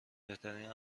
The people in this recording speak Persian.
بهترین